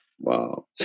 Wow